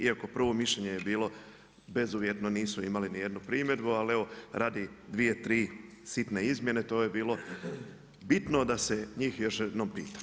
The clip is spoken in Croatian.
Iako prvo mišljenje je bilo bezuvjetno, nisu imali nijednu primjedbu ali evo, radi dvije, tri sitne izmjene, to je bilo bitno da se njih još jednom pita.